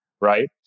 right